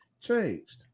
changed